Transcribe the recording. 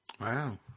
Wow